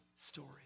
story